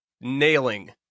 nailing